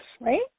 Right